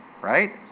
right